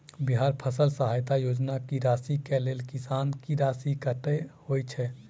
बिहार फसल सहायता योजना की राशि केँ लेल किसान की राशि कतेक होए छै?